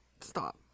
Stop